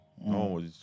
No